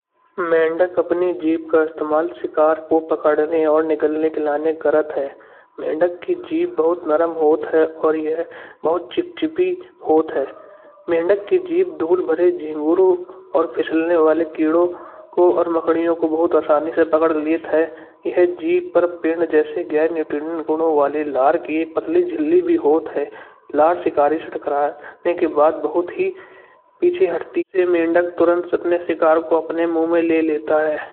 मेंढक अपनी जीभ का इस्तेमाल शिकार को पकड़ने और निकालने के लिए करत है। मेंढक की जी बहुत नरम होत है। और यह बहुत चिपचिपे होत है। मेंढक के जिभ दूर भरे झींगरो और फिसलने वाले कीड़ों को और मकड़ियों को बहुत आसानी से पकड़ लेत है। यह जीभ पर पिंड जैसे गर न्यूटन गुणों वाले लार के पतली झिल्ली भी होत हैं। लार शिकार से टकराने के लिए बहुत बहुत ही पीछे हट तो है। मेंढक तुरन्त अपने शिकार को अपने मुंह में ले लेत है।